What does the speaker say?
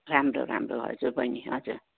राम्रो राम्रो हजुर बहिनी हजुर